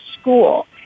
school